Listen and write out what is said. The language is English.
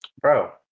bro